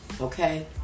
Okay